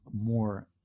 more